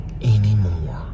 anymore